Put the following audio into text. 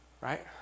Right